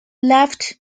left